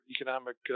economic